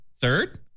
third